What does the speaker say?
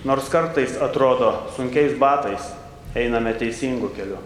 nors kartais atrodo sunkiais batais einame teisingu keliu